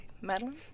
Madeline